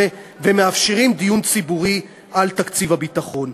ומאפשרים דיון ציבורי על תקציב הביטחון.